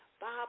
Bob